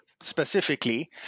specifically